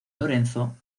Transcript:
lorenzo